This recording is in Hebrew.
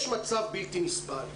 יש מצב בלתי נסבל,